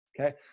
okay